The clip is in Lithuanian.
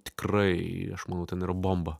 tikrai aš manau ten yra bomba